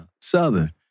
Southern